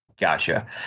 Gotcha